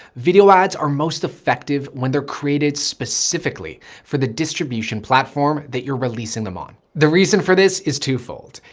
video ads are most effective when they're created specifically for the distribution platform that you're releasing them on. the reason for this is twofold.